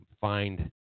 find